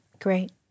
great